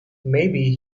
maybe